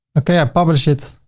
okay. i publish it,